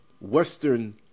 Western